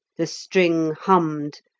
the string hummed,